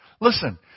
Listen